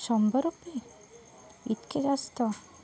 शंभर रुपये इतके जास्त